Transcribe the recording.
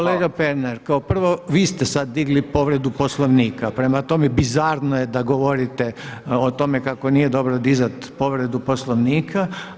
Kolega Pernar, kao prvo vi ste sad digli povredu Poslovnika, prema tome bizarno je da govorite o tome kako nije dobro dizati povredu Poslovnika.